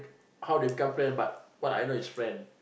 how they become friend but but I know it's friend